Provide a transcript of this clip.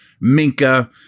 Minka